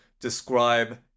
describe